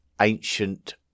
Ancient